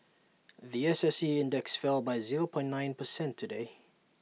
The S S E index fell by zero point nine percent today